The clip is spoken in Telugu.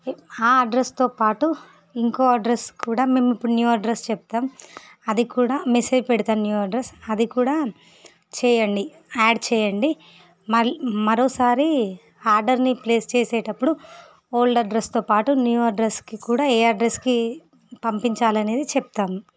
ఆ అడ్రస్తో పాటు ఇంకో అడ్రస్ కూడా మేము ఇప్పడు న్యూ అడ్రస్ చెప్తాం అది కూడా మెసేజ్ పెడతాను న్యూ అడ్రస్ అది కూడా చేయండి యాడ్ చేయండి మల్ మరోసారి ఆర్డర్ని ప్లేస్ చేసేటప్పుడు ఓల్డ్ అడ్రస్తో పాటు న్యూ అడ్రస్కి కూడా ఏ అడ్రస్కి పంపించాలి అనేది చెప్తాము